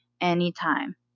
anytime